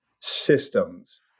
systems